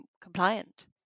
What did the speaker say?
compliant